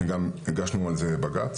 גם הגשנו על זה בג"ץ.